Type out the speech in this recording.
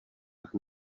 tak